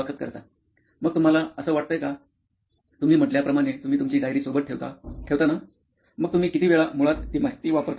मुलाखत कर्ता मग तुम्हाला असं वाटतंय का तुम्ही म्हटल्या प्रमाणे तुम्ही तुमची डायरी सोबत ठेवता ठेवता ना मग तुम्ही किती वेळा मुळात ती माहिती वापरता